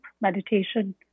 meditation